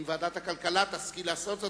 ואם ועדת הכלכלה תשכיל לעשות זאת,